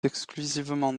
exclusivement